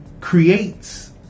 creates